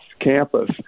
campus